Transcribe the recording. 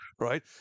Right